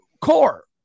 core